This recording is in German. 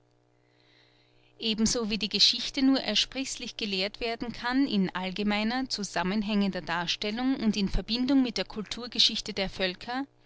ebenso wie die geschichte nur ersprießlich gelehrt werden kann in allgemeiner zusammenhängender darstellung und in verbindung mit der culturgeschichte der völker